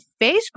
Facebook